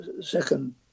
second